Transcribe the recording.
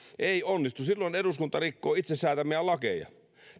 ei onnistu silloin eduskunta rikkoo itse säätämiään lakeja